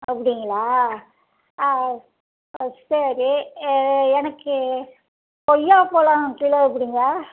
அப்டிங்களா ஆ ஆ ஆ சரி எனக்கு கொய்யாப்பழம் கிலோ எப்பிடிங்க